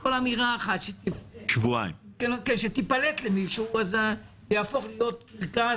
כל אמירה שתיפלט למישהו תהפוך להיות קרקס